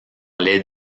les